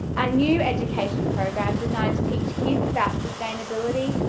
a new education program designed to teach kids about sustainability,